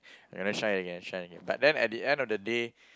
and try again try again but then at the end of the day